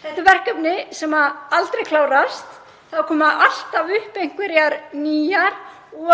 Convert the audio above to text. Þetta er verkefni sem aldrei klárast. Það koma alltaf upp einhverjar nýjar